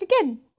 again